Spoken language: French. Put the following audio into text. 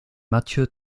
matthieu